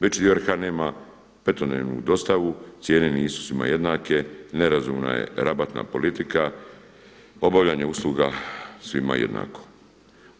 Veći dio RH nema petodnevnu dostavu, cijene nisu svima jednake, nerazumna je rabatna politika, obavljanje usluga svima jednako.